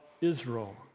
Israel